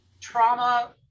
trauma